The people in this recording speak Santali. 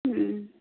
ᱦᱩᱸ